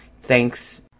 Thanks